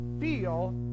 feel